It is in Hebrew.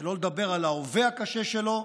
שלא לדבר על ההווה הקשה שלו,